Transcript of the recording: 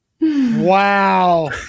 wow